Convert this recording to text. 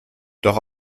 doch